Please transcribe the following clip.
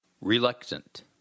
reluctant